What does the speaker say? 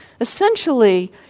essentially